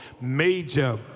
major